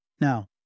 Now